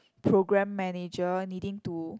program manager needing to